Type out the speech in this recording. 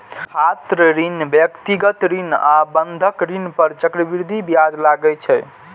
छात्र ऋण, व्यक्तिगत ऋण आ बंधक ऋण पर चक्रवृद्धि ब्याज लागै छै